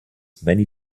many